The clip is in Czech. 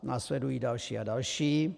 Následují další a další.